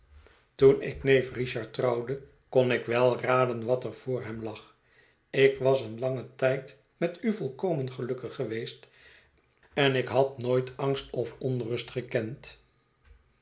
toen ik neef richard trouwde kon ik wel raden wat er voor hem lag ik was een langen tijd met u volkomen gelukkig geweest en ik had nooit angst of onrust gekend